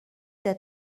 der